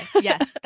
yes